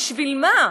בשביל מה?